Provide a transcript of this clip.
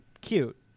cute